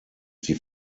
die